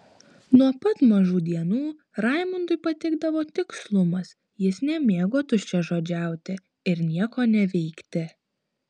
nuo pat mažų dienų raimundui patikdavo tikslumas jis nemėgo tuščiažodžiauti ir nieko neveikti